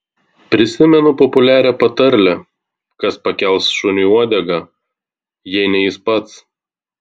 prisimenu populiarią patarlę kas pakels šuniui uodegą jei ne jis pats